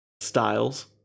styles